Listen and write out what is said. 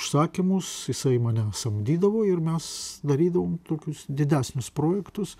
užsakymus jisai mane samdydavo ir mes darydavom tokius didesnius projektus